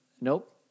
Nope